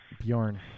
Bjorn